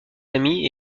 amis